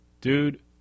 Dude